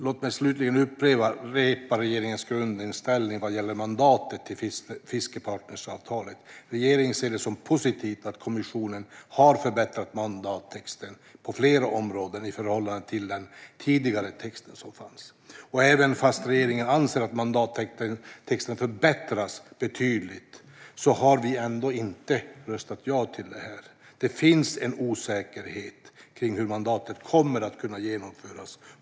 Låt mig slutligen upprepa regeringens grundinställning vad gäller mandatet till fiskepartnerskapsavtalet. Regeringen ser det som positivt att kommissionen har förbättrat mandattexten på flera områden i förhållande till den tidigare texten. Även om regeringen anser att mandattexten förbättrats betydligt har vi ändå inte röstat ja. Det finns en osäkerhet i hur mandatet kommer att kunna genomföras.